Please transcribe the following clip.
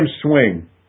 swing